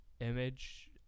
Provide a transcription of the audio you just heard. image